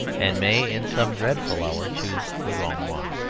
and may, in some dreadful hour, choose the wrong one.